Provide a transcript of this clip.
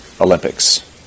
Olympics